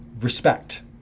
respect